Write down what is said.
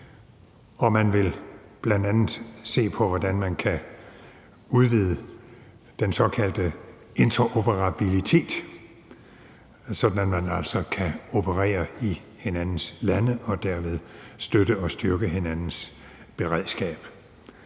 og man vil bl.a. se på, hvordan man kan udvide den såkaldte interoperabilitet, sådan at man altså kan operere i hinandens lande og derved støtte og styrke hinandens beredskab.